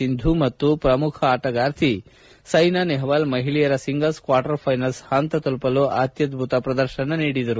ಸಿಂಧು ಮತ್ತು ಪ್ರಮುಖ ಆಟಗಾರ್ತಿ ಸ್ಕೆನಾ ನೆಹ್ವಾಲ್ ಮಹಿಳೆಯರ ಸಿಂಗಲ್ಸ್ ಕ್ನಾರ್ಟರ್ ಫೈನಲ್ಸ್ ಹಂತ ತಲುಪಲು ಅತ್ತದ್ಬುತ ಪ್ರದರ್ಶನ ನೀಡಿದರು